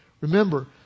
remember